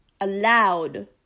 allowed